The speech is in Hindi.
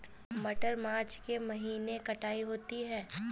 मटर मार्च के महीने कटाई होती है?